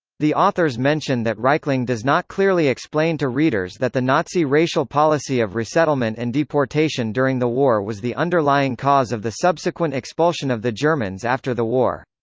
the authors mention that reichling does not clearly explain to readers that the nazi racial policy of resettlement and deportation during the war was the underlying cause of the subsequent expulsion of the germans after the war.